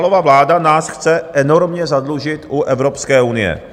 Fialova vláda nás chce enormně zadlužit u Evropské unie.